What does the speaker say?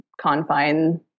confine